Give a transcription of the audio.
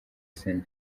sena